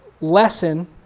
lesson